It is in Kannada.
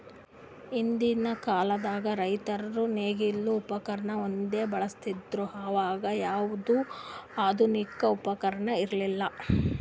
ಹಿಂದಕ್ಕಿನ್ ಕಾಲದಾಗ್ ರೈತರ್ ನೇಗಿಲ್ ಉಪಕರ್ಣ ಒಂದೇ ಬಳಸ್ತಿದ್ರು ಅವಾಗ ಯಾವ್ದು ಆಧುನಿಕ್ ಉಪಕರ್ಣ ಇರ್ಲಿಲ್ಲಾ